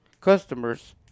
customers